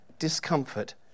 discomfort